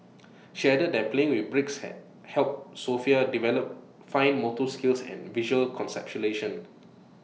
she added that playing with bricks had helped Sofia develop fine motor skills and visual conceptualisation